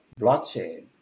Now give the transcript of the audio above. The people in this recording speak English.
blockchain